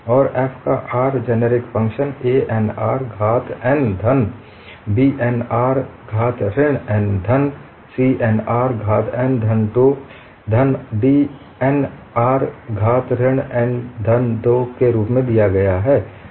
और f का r का generic function A n r घात n धन B n r घात ऋण n धन C n r घात n धन 2 धन D n r घात ऋण n धन 2 के रूप में दिया गया है